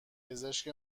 پزشک